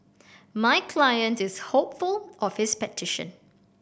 my client is hopeful of his petition